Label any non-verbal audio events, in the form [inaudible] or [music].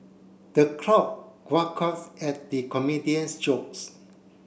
the crowd [unintelligible] at the comedian's jokes